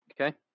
Okay